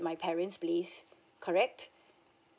my parent's place correct